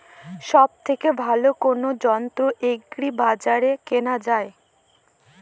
সব থেকে ভালো কোনো যন্ত্র এগ্রি বাজারে কেনা যায়?